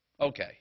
okay